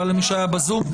תודה למי שהיה בזום.